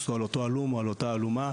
הוא על אותו הלום או על אותה הלומה,